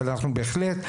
אבל בהחלט,